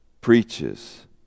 preaches